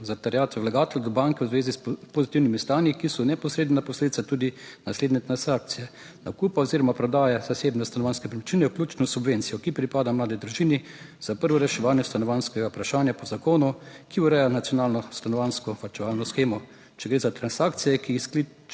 za terjatve vlagateljev do banke, v zvezi s pozitivnimi stanji, ki so neposredna posledica tudi naslednje transakcije: nakupa oziroma prodaje zasebne stanovanjske premičnine vključno s subvencijo, ki pripada mladi družini za prvo reševanje stanovanjskega vprašanja po zakonu, ki ureja nacionalno stanovanjsko varčevalno shemo, če gre za transakcije, ki jih sklenejo